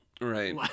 Right